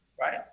right